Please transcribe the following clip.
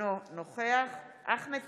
אינו נוכח אחמד